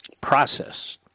process